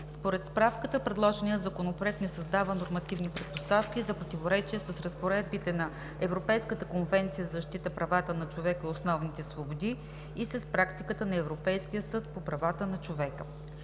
Според справката предложеният Законопроект не създава нормативни предпоставки за противоречие с разпоредбите на Европейската конвенция за защита правата на човека и основните свободи и практиката на Европейския съд по правата на човека.